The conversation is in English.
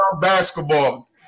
basketball